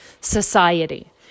society